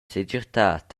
segirtad